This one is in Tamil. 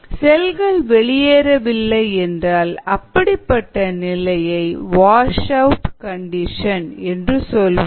செல்கள் வெளியேறவில்லை என்றால் அப்படிப்பட்ட நிலையை வாஷ் அவுட் கண்டிஷன் என்று சொல்வோம்